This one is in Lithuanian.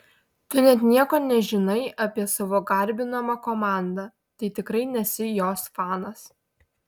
tu net nieko nežinai apie savo garbinamą komandą tai tikrai nesi jos fanas